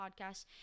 podcast